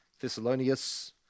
Thessalonians